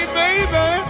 baby